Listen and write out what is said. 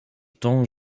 temps